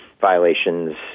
violations